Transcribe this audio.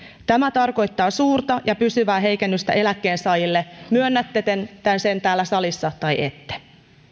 tämä tarkoittaa suurta ja pysyvää heikennystä eläkkeensaajille myönnätte sen täällä salissa tai ette